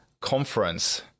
conference